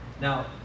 Now